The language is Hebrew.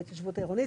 בהתיישבות העירוני.